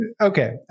Okay